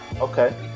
Okay